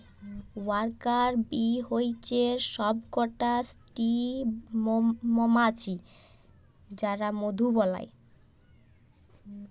worker bee হচ্যে সব কটা স্ত্রী মমাছি যারা মধু বালায়